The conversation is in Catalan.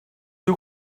diu